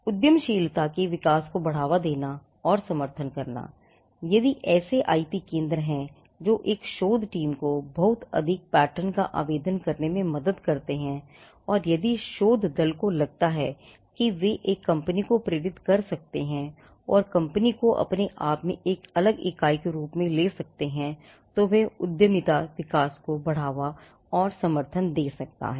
उद्यमशीलता के विकास को बढ़ावा देना और समर्थन करना यदि ऐसे आईपी केंद्र हैं जो एक शोध टीम को बहुत अधिक पैटर्न का आवेदन करने में मदद कर सकते हैं और यदि शोध दल को लगता है कि वे एक कंपनी को प्रेरित कर सकते हैं और कंपनी को अपने आप में एक अलग इकाई के रूप में ले सकते हैं तो वह उद्यमिता विकास को बढ़ावा और समर्थन दे सकता है